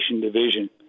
Division